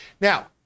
Now